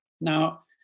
Now